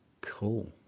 Cool